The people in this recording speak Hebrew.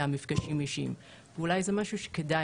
אני נאלץ ללכת לוועדת חוקה,